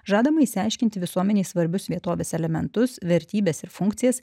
žadama išsiaiškinti visuomenei svarbius vietovės elementus vertybes ir funkcijas